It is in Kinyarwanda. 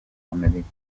amerika